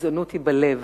גזענות היא בלב,